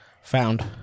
Found